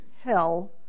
hell